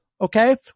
okay